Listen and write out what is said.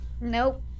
nope